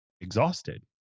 exhausted